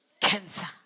Cancer